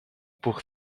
pour